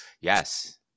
Yes